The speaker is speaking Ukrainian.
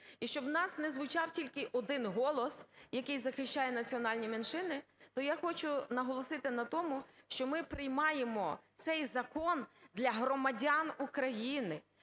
І щоб у нас не звучав тільки один голос, який захищає національні меншини, то я хочу наголосити на тому, що ми приймаємо цей закон для громадян України.